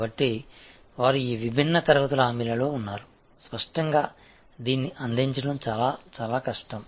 కాబట్టి వారు ఈ విభిన్న తరగతుల హామీలలో ఉన్నారు స్పష్టంగా దీన్ని అందించడం చాలా చాలా కష్టం